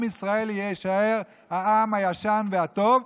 עם ישראל יישאר העם הישן והטוב.